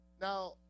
Now